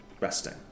resting